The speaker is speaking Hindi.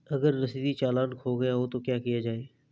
अगर रसीदी चालान खो गया तो क्या किया जाए?